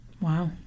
Wow